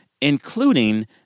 including